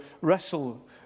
wrestle